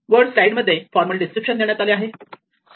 वर स्लाईड मध्ये formal description देण्यात आले आहे